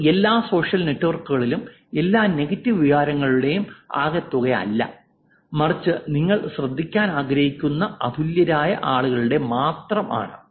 ഇത് എല്ലാ സോഷ്യൽ നെറ്റ്വർക്കുകളിലെയും എല്ലാ നെഗറ്റീവ് വികാരങ്ങളുടെയും ആകെത്തുകയല്ല മറിച്ച് നിങ്ങൾ ശ്രദ്ധിക്കാൻ ആഗ്രഹിക്കുന്ന അതുല്യരായ ആളുകളുടെ മാത്രം ആണ്